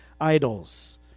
idols